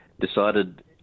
Decided